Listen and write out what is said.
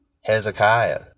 Hezekiah